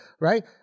right